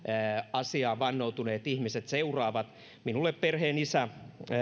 asiaan vannoutuneet ihmiset seuraavat näitä meidän täysistuntoja minulle perheenisä